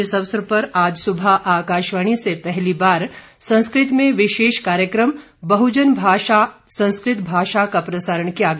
इस अवसर पर आज सुबह आकाशवाणी से पहली बार संस्कृत में विशेष कार्यक्रम बहजन भाषा संस्कृत भाषा का प्रसारण किया गया